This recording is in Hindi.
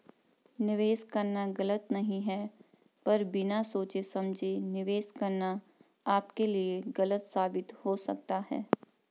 निवेश करना गलत नहीं है पर बिना सोचे समझे निवेश करना आपके लिए गलत साबित हो सकता है